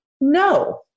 no